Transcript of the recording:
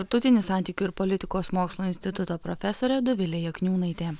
tarptautinių santykių ir politikos mokslų instituto profesorė dovilė jakniūnaitė